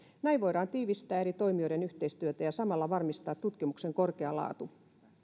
näin voidaan tiivistää eri toimijoiden yhteistyötä ja samalla varmistaa tutkimuksen korkea laatu